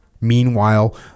Meanwhile